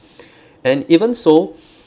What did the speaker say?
and even so